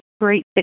great